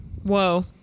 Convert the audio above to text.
Whoa